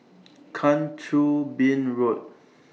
Kang Choo Bin Road